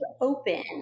open